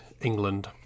england